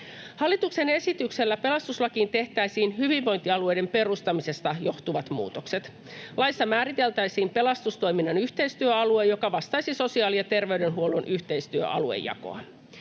Hallituksen esityksellä pelastuslakiin tehtäisiin hyvinvointialueiden perustamisesta johtuvat muutokset. Laissa määriteltäisiin pelastustoiminnan yhteistyöalue, joka vastaisi sosiaali- ja terveydenhuollon yhteistyöaluejakoa.